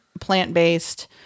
plant-based